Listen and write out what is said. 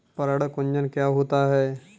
पर्ण कुंचन क्या होता है?